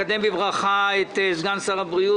אני מקדם בברכה את סגן שר הבריאות,